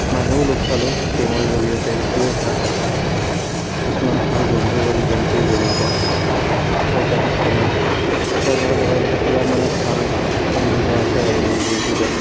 মানুহো ল'গ পালোঁ গেমৰ জৰিয়তে সেইটো এটা কথা কিছুমান ভাল বন্ধু হ'ল গেমটোৰ জৰিয়তে ছয়টা সাতটামান তেওঁলোকৰ লগত এতিয়া পুৰা মানে ভাল সম্বন্ধ আছে আৰু বন্ধু হিচাপে